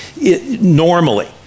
normally